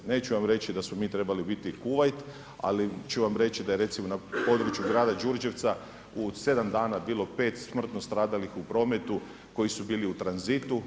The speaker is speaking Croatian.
Neću vam reći da smo mi trebali biti Kuvajt, ali ću vam reći, da je recimo, na području grada Đurđevca u 7 dana bilo 5 smrtno stradalih u prometu, koji su bili u tranzitu.